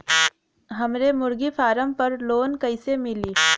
हमरे मुर्गी फार्म पर लोन कइसे मिली?